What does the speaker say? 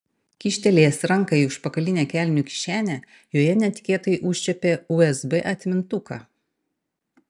kyštelėjęs ranką į užpakalinę kelnių kišenę joje netikėtai užčiuopė usb atmintuką